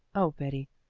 oh, betty,